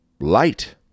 light